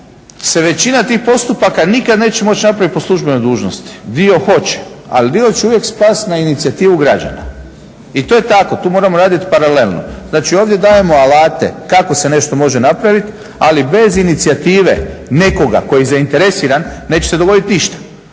se većina tih postupaka nikad neće moći napraviti po službenoj dužnosti. Dio hoće, ali dio će uvijek spast na inicijativu građana i to je tako. Tu moramo raditi paralelno. Znači, ovdje dajemo alate kako se nešto može napraviti, ali bez inicijative nekoga tko je zainteresiran neće se dogoditi ništa.